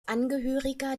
angehöriger